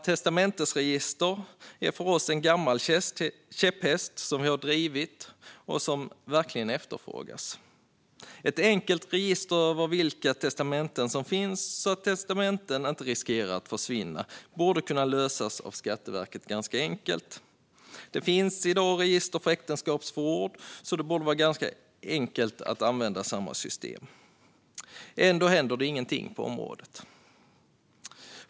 Testamentsregister är för oss en gammal käpphäst. Vi har drivit frågan, och det är något som verkligen efterfrågas. Ett enkelt register över vilka testamenten som finns så att testamenten inte riskerar att försvinna borde enkelt kunna lösas av Skatteverket. Det finns i dag register för äktenskapsförord, så det borde vara enkelt att använda samma system. Ändå händer ingenting på området.